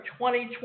2020